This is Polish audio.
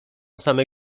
same